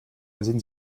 sind